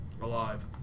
alive